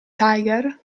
tiger